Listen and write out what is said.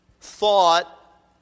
thought